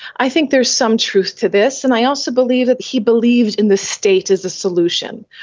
i think there's some truth to this, and i also believe that he believed in the state as a solution.